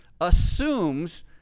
assumes